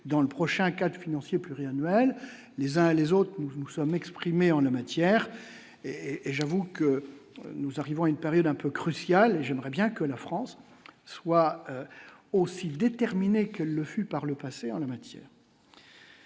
dans le prochain cadre financier pluriannuel les uns et les autres, nous nous sommes exprimés en la matière et et j'avoue que nous arrivons à une période un peu cruciale : j'aimerais bien que la France soit aussi le déterminer que le fut par le passé en la matière.